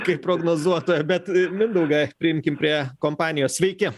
kaip prognozuotojo bet mindaugą priimkim prie kompanijos sveiki